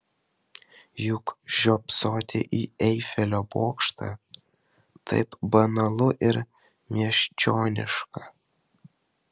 juk žiopsoti į eifelio bokštą taip banalu ir miesčioniška